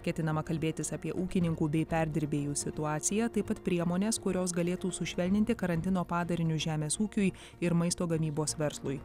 ketinama kalbėtis apie ūkininkų bei perdirbėjų situaciją taip pat priemones kurios galėtų sušvelninti karantino padarinius žemės ūkiui ir maisto gamybos verslui